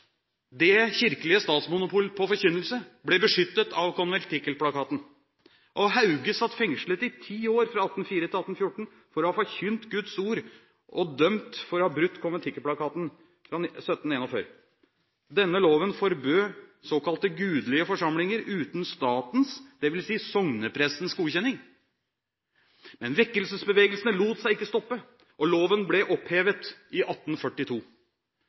Det kirkelige statsmonopolet på forkynnelse ble beskyttet av konventikkelplakaten. Hauge satt fengslet i ti år, fra 1804 til 1814, for å ha forkynt Guds ord, dømt for å ha brutt «konventikkelplakaten» av 1741. Denne loven forbød såkalte gudelige forsamlinger uten statens, dvs. sokneprestens, godkjenning. Men vekkelsesbevegelsene lot seg ikke stoppe, og loven ble opphevet i 1842.